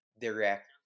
direct